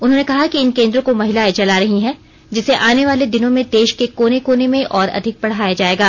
उन्होंने कहा कि इन केद्रों को महिलाएं चला रही हैं जिसे आने वाले दिनों में देशा के कोने कोने में और अधिक बढ़ाया जाएगा